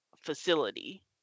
facility